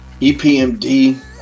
EPMD